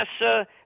NASA